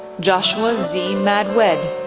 joshua z. madwed,